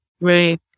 Right